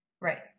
Right